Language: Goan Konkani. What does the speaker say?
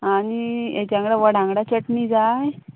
आं आनी हाज्या वांगडा वडा वांगडा चटणी जाय